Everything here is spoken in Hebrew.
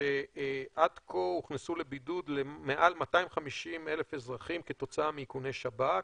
שעד כה הוכנסו לבידוד מעל 250,000 אזרחים כתוצאה מאיכוני שב"כ.